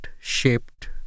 shaped